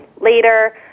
later